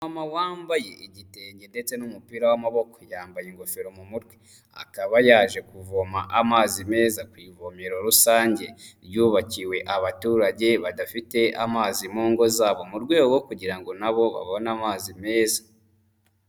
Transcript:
Umumama wambaye igitenge ndetse n'umupira w'amaboko yambaye ingofero mu mutwe. Akaba yaje kuvoma amazi meza ku ivomero rusange ryubakiwe abaturage badafite amazi mu ngo zabo, mu rwego kugira ngo nabo babone amazi meza.